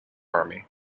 army